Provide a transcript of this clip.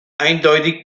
eindeutig